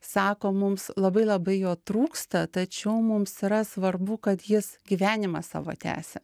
sako mums labai labai jo trūksta tačiau mums yra svarbu kad jis gyvenimą savo tęsia